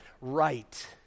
right